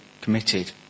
committed